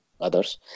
others